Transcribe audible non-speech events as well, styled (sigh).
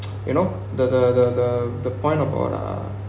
(noise) you know the the the the the point of all the